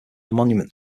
monument